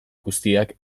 guztiak